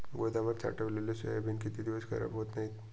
गोदामात साठवलेले सोयाबीन किती दिवस खराब होत नाही?